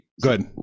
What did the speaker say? good